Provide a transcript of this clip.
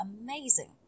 amazing